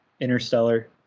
Interstellar